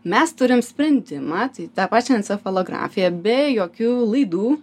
mes turim sprendimą tai tą pačią encefalografiją be jokių laidų